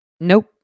nope